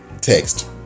text